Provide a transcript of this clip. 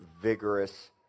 vigorous